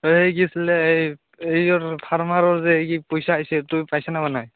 ঐ কি আছিলে এই এই ফাৰ্মাৰৰ যে পইচা আহিছে তই পাইছ নে পাৱা নাই